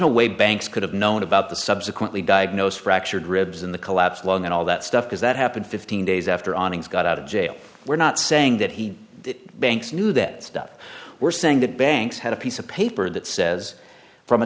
no way banks could have known about the subsequently diagnosed fractured ribs in the collapsed lung and all that stuff that happened fifteen days after awnings got out of jail we're not saying that he banks knew that stuff were saying that banks had a piece of paper that says from a